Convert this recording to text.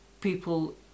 people